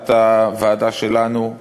הצעת הוועדה שלנו,